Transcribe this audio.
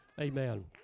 Amen